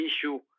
issue